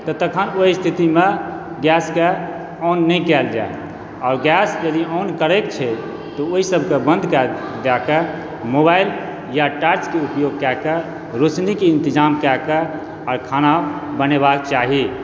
तऽ तखन ओहि स्थितिमे गैसके ऑन नहि कएल जाए आओर गैस यदि ऑन करैके छै तऽ ओहि सबके बन्द कऽ कऽ मोबाइल या टॉर्चके उपयोग कऽ कऽ रोशनीके इन्तजाम कऽ कऽ आओर खाना बनेबाक चाही